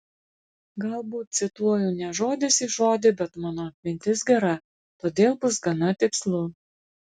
galbūt cituoju ne žodis į žodį bet mano atmintis gera todėl bus gana tikslu